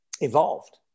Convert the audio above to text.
evolved